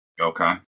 Okay